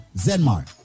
Zenmar